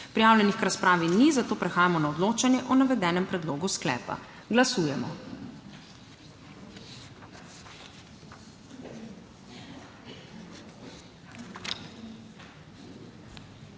Prijavljenih k razpravi ni, zato prehajamo na odločanje o navedenem predlogu sklepa. Glasujemo.